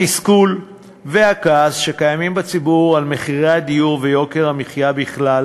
התסכול והכעס שקיימים בציבור על מחירי הדיור ויוקר המחיה בכלל,